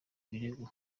birego